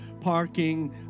parking